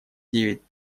девять